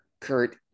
Kurt